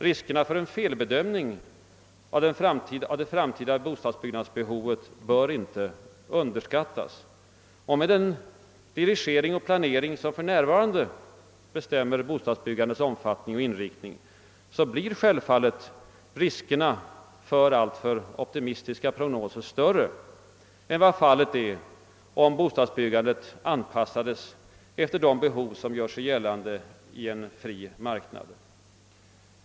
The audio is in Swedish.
Riskerna för en felbedömning av det framtida bostadsbyggnadsbehovet bör inte underskattas. Med den dirigering och planering som för närvarande bestämmer bostadsbyggandets omfattning och inriktning blir självfallet riskerna för alltför optimistiska prognoser större än vad fallet är om bostadsbyggandet anpassades efter de behov som gör sig gällande i en fri marknad.